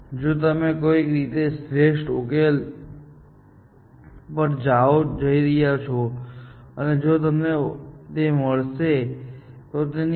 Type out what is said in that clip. જો તમે કોઈક રીતે શ્રેષ્ઠ ઉકેલ પર જઈ રહ્યા છો અને જો તમને તે મળશે તો તેની સાથે એક ખર્ચ સંકળાયેલો હશે